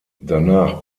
danach